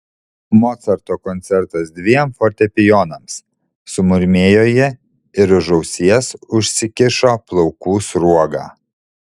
mocarto koncertas dviem fortepijonams sumurmėjo ji ir už ausies užsikišo plaukų sruogą